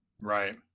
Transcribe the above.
Right